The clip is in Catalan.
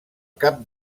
cap